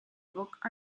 book